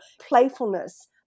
playfulness